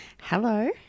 Hello